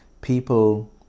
People